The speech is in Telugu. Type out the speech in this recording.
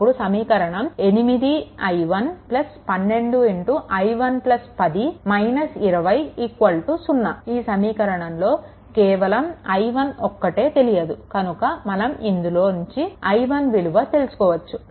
అప్పుడు సమీకరణం 8 i1 12i1 10 20 0 ఈ సమీకరణంలో కేవలం i1 ఒక్కటే తెలియదు కనుక మనం ఇందులో నుంచి i1 విలువ తెలుసుకోవచ్చు